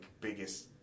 biggest